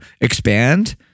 expand